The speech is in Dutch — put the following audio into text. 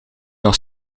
nog